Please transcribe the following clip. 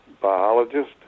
biologist